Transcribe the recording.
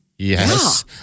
Yes